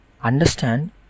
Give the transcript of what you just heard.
understand